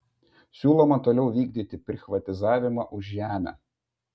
siūloma toliau vykdyti prichvatizavimą už žemę